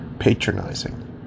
Patronizing